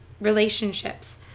relationships